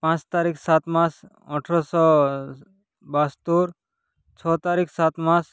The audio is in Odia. ପାଞ୍ଚ ତାରିଖ ସାତ ମାସ ଅଠରଶହ ବାସ୍ତରି ଛଅ ତାରିଖ ସାତ ମାସ